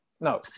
No